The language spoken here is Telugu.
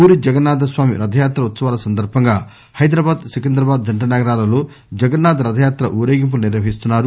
పూరీ జగన్నాథ స్వామి రథయాత్ర ఉత్సవాల సందర్భంగా హైదరాబాద్ సికింద్రాబాద్ జంట నగరాలలో జగన్నాథ రథయాత్ర ఊరేగింపులు నిర్వహిస్తున్నారు